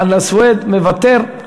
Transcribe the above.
חנא סוייד, מוותר.